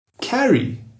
carry